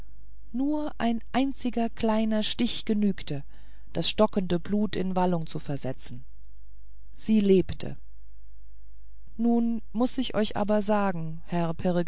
nur ein einziger kleiner stich genügte das stockende blut in wallung zu setzen sie lebte nun muß ich euch aber sagen herr